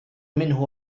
منه